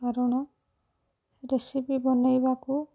କାରଣ ରେସିପି ବନେଇବାକୁ